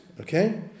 Okay